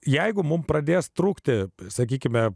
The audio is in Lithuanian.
jeigu mums pradės trūkti sakykime